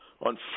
on